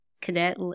cadet